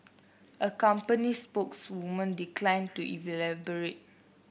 a company spokeswoman declined to